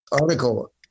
article